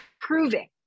proving